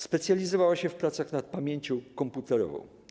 Specjalizowała się w pracach nad pamięcią komputerową.